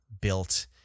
built